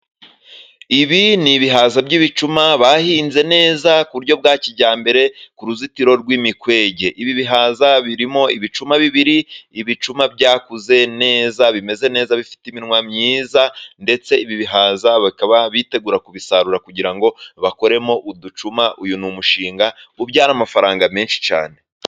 Ibi ni ibihaza by'ibicuma bahinze neza ku buryo bwa kijyambere ku ruzitiro rw'imikwege, ibi bihaza birimo ibicuma bibiri ,ibicuma byakuze neza bimeze neza bifite iminwa myiza, ndetse ibi bihaza bakaba bitegura kubisarura kugira ngo bakoremo uducuma ,uyu ni umushinga ubyara amafaranga menshi cyane.